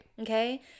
Okay